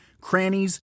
crannies